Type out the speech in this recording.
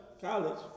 college